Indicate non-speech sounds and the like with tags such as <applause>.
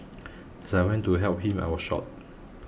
<noise> as I went to help him I was shot